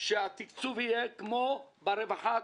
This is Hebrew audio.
שהתקצוב יהיה כמו ברווחה,